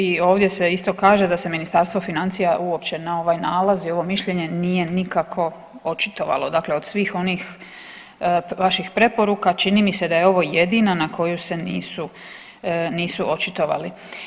I ovdje se isto kaže da se Ministarstvo financija uopće na ovaj nalaz i ovo mišljenje nije nikako očitovalo, dakle od svih onih vaših preporuka čini mi se da je ovo jedina na koju se nisu očitovali.